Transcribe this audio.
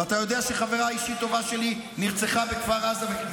ואתה יודע שחברה אישית טובה שלי נרצחה בכפר עזה.